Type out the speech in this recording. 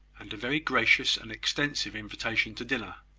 and a very gracious and extensive invitation to dinner.